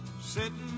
sitting